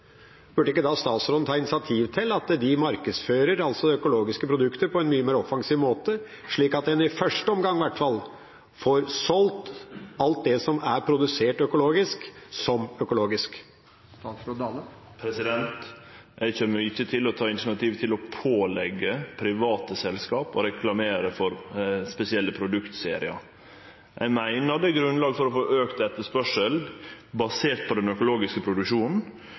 Burde ikke da statsråden ta initiativ til at de markedsfører økologiske produkter på en mye mer offensiv måte, slik at en i første omgang i hvert fall får solgt alt det som er produsert økologisk, som økologisk? Eg kjem ikkje til å ta initiativ til å påleggje private selskap å reklamere for spesielle produktseriar. Eg meiner det er grunnlag for å få auka etterspørsel basert på den økonomiske produksjonen